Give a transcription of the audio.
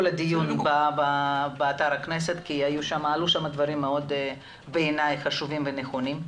הדיון באתר הכנסת כי עלו שם דברים בעיני מאוד חשובים ונכונים.